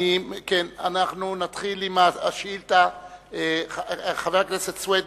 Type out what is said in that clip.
של חבר הכנסת סוייד